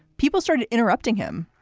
people started interrupting him,